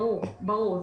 ברור, ברור.